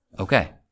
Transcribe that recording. Okay